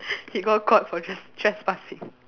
he got caught for tres~ trespassing